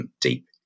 deep